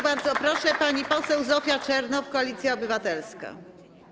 Bardzo proszę, pani poseł Zofia Czernow, Koalicja Obywatelska.